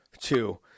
Two